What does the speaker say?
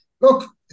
look